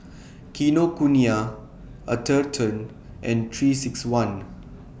Kinokuniya Atherton and three six one